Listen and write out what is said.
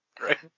Right